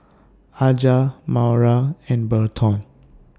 Aja Maura and Berton